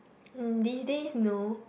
mm these days no